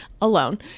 alone